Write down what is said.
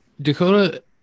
Dakota